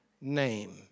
name